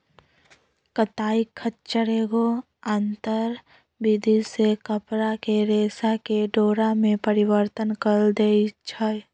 कताई खच्चर एगो आंतर विधि से कपरा के रेशा के डोरा में परिवर्तन कऽ देइ छइ